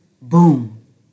boom